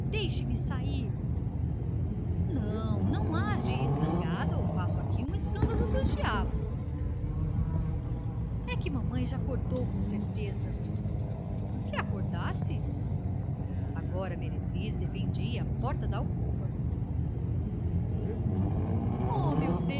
deixa-me sair não não hás de ir zangada ou faço aqui um escândalo dos diabos e que mamãe já acordou com certeza que acordasse agora a meretriz defendia a porta da alcova oh meu